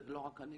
ולא רק אני,